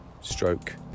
stroke